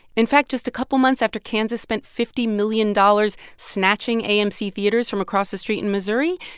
in fact, just a couple months after kansas spent fifty million dollars snatching amc theaters from across the street in missouri,